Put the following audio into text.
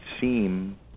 seem